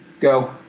Go